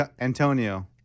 Antonio